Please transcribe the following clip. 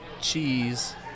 cheese